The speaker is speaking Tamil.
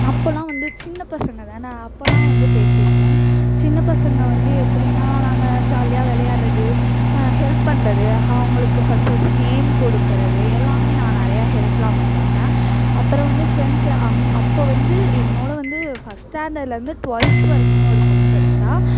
அப்போல்லாம் வந்து சின்ன பசங்கள் தானே அப்போல்லாம் வந்து பேசியிருக்கோம் சின்ன பசங்கள் வந்து எப்படினா நாங்கள் ஜாலியாக விளையாட்றது ஹெல்ப் பண்ணுறது அவங்களுக்கு ஃபஸ்ட்டு ஃபஸ்ட்டு நேம் கொடுக்கறது எல்லாம் நான் நிறையா ஹெல்ப்லாம் பண்ணியிருக்கேன் அப்புறம் வந்து ஃப்ரெண்ட்ஸை அங்கே அப்போ வந்து என்னோட வந்து ஃபஸ்ட் ஸ்டாண்டர்ட்லேருந்து ட்வெல்த்து வரைக்கும் ஒரு பொண்ணு படித்தா